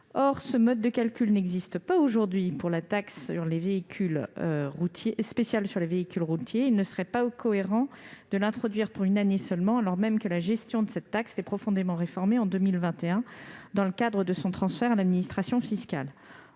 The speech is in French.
Or ce mode de calcul n'existe pas aujourd'hui pour la taxe spéciale sur certains véhicules routiers. Il ne serait pas cohérent de l'introduire pour une année seulement, alors même que la gestion de cette taxe est profondément réformée en 2021 dans le cadre de son transfert à l'administration fiscale.